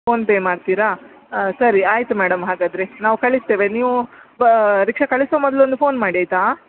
PhonePe ಮಾಡ್ತೀರಾ ಹಾಂ ಸರಿ ಆಯಿತು ಮೇಡಮ್ ಹಾಗಾದರೆ ನಾವು ಕಳಿಸ್ತೇವೆ ನೀವು ರಿಕ್ಷಾ ಕಳಿಸುವ ಮೊದ್ಲು ಒಂದು ಫೋನ್ ಮಾಡಿ ಆಯಿತಾ